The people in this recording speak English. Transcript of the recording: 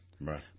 Right